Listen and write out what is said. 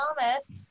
Thomas